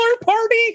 Party